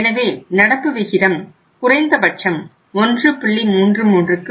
எனவே நடப்பு விகிதம் குறைந்தபட்சம் 1